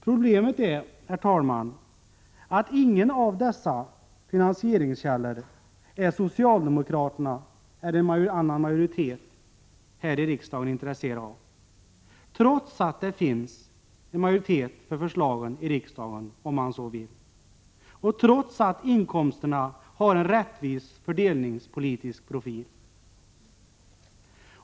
Problemet är, herr talman, att socialdemokraterna eller någon annan majoritet i riksdagen inte är intresserad av någon av dessa finansieringskällor trots att det finns en majoritet för förslagen i riksdagen om man så vill och trots att inkomsterna har en rättvis fördelningspolitisk profil.